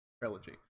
trilogy